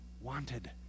wanted